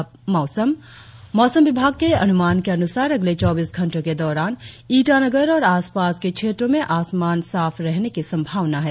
और अब मौसम मौसम विभाग के अनुमान के अनुसार अगले चौबीस घंटो के दौरान ईटानगर और आसपास के क्षेत्रो में आसमान साफ रहने की संभावना है